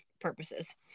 purposes